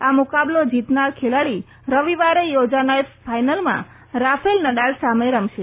આ મુકાબલો જીતનાર ખેલાડી રવિવારે યોજાનાર ફાઈનલમાં રાફેલ નડાલ સાથે રમશે